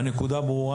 הנקודה ברורה.